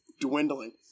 dwindling